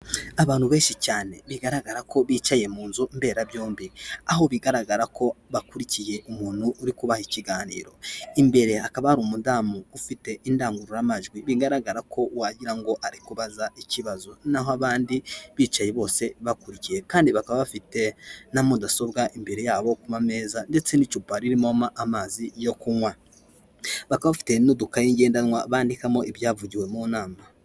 Abantu benshi cyane bigaragara ko bicaye mu nzu mberabyombi aho bigaragara ko bakurikiye umuntu uri kubaha ikiganiro, imbere akaba ari umudamu ufite indangururamajwi bigaragara ko wagira ngo ari kubaza ikibazo naho abandi bicaye bose bakurikiye kandi bakaba bafite na mudasobwa imbere yabo kuma meza ndetse n'icupa ririmomo amazi yo kunywa bakaba bafite n'udukayi igendanwa bandikamo ibyavugiwe mu nama.